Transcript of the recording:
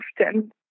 often